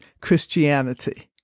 Christianity